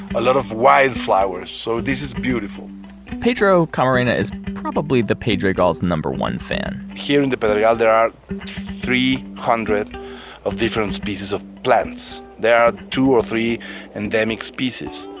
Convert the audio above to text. a lot of white flowers. so, this is beautiful pedro camarena is probably the pedregal's number one fan here in the but pedregal ah there are three hundred of different species of plants. there are two or three endemic species.